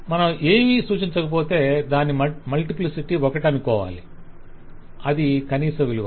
మనం ఏమీ సూచించకపోతే దాని మల్టిప్లిసిటీ ఒకటి అనుకోవాలి అది కనీస విలువ